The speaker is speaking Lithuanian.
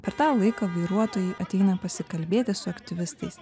per tą laiką vairuotojai ateina pasikalbėti su aktyvistais